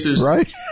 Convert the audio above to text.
right